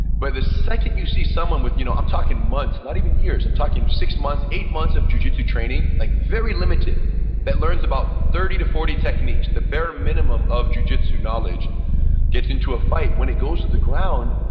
but the second you see someone with, you know i'm talking months, not even years. i'm talking six months, eight months of jujitsu training like very limited that learns about thirty to forty techniques, the bare minimum of jujitsu knowledge gets into a fight when he goes to the ground,